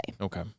Okay